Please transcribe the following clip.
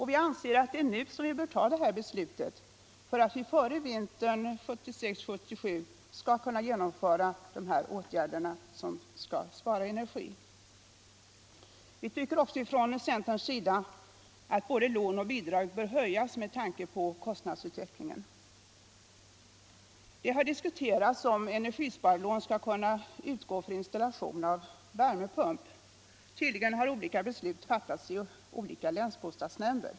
Vi anser att det är nu som detta beslut bör fattas för att man före vintern 1976/1977 skall kunna vidta de åtgärder som skall spara energi. Vi i centerpartiet tycker också att både lån och bidrag bör höjas med tanke på kostnadsutvecklingen. Det har diskuterats om energisparlån skall kunna utgå för installation av värmepump. Tydligen har olika beslut fattats i olika länsbostadsnämnder.